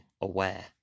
aware